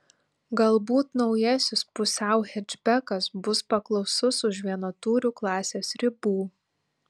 galbūt naujasis pusiau hečbekas bus paklausus už vienatūrių klasės ribų